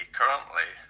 currently